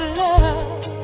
love